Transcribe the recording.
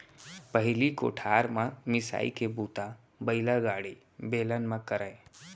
पहिली कोठार म मिंसाई के बूता बइलागाड़ी, बेलन म करयँ